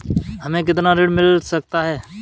हमें कितना ऋण मिल सकता है?